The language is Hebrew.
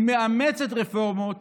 היא מאמצת רפורמות